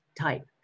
type